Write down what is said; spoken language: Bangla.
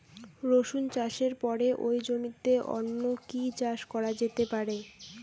রসুন চাষের পরে ওই জমিতে অন্য কি চাষ করা যেতে পারে?